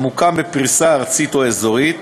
המוקם בפריסה ארצית או אזורית,